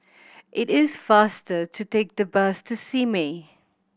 it is faster to take the bus to Simei